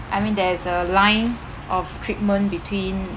I mean there's a line of treatment between